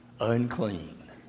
unclean